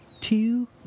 Two